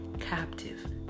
captive